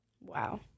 wow